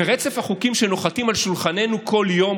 ורצף החוקים שנוחתים על שולחננו כל יום,